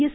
S